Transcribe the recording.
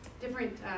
different